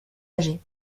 âgées